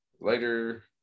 Later